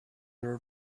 are